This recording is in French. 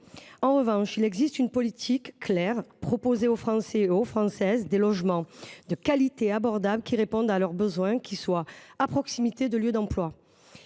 En revanche, il existe une politique claire : proposer aux Français et aux Françaises des logements de qualité, abordables, qui répondent à leurs besoins et qui soient à proximité des lieux d’emploi.